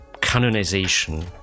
canonization